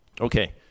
Okay